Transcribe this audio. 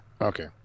Okay